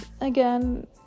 again